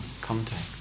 contact